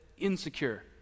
insecure